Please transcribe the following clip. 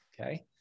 Okay